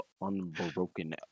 unbroken